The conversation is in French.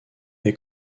est